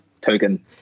token